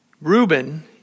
Reuben